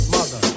Mother